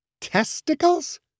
testicles